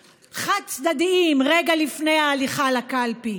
חד-צדדיים רגע לפני ההליכה לקלפי?